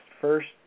First